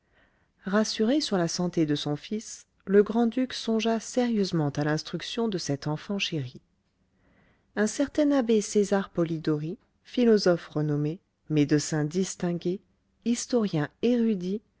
rassuré sur la santé de son fils le grand-duc songea sérieusement à l'instruction de cet enfant chéri un certain abbé césar polidori philosophe renommé médecin distingué historien érudit